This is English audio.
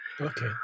Okay